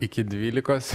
iki dvylikos